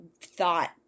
thought